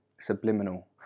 Subliminal